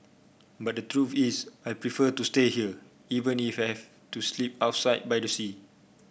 but the truth is I prefer to stay here even if have to sleep outside by the sea